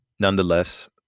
Nonetheless